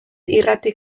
irrati